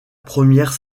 première